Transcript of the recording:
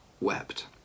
wept